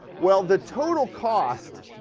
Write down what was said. well, the total cost,